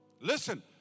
Listen